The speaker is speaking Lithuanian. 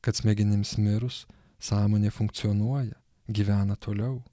kad smegenims mirus sąmonė funkcionuoja gyvena toliau